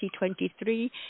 2023